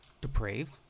depraved